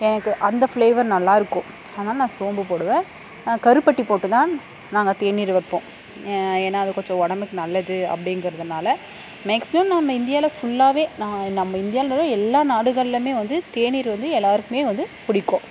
எனக்கு அந்த ஃப்ளேவர் நல்லாயிருக்கும் அதனால் நான் சோம்பு போடுவேன் கருப்பட்டி போட்டு தான் நாங்கள் தேனீர் வைப்போம் ஏ ஏன்னால் அது கொஞ்சம் உடம்புக்கு நல்லது அப்படிங்கிறதுனால மேக்ஸிமம் நாம் இந்தியாவில் ஃபுல்லாகவே நான் நம்ம இந்தியா எல்லா நாடுகள்லேமே வந்து தேனீர் வந்து எல்லாேருக்குமே வந்து பிடிக்கும்